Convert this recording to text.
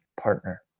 partner